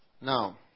Now